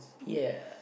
ya